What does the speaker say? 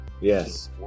Yes